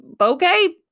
okay